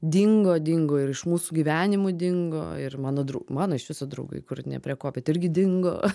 dingo dingo ir iš mūsų gyvenimų dingo ir mano drau mano iš viso draugai kur ne prie ko bet irgi dingo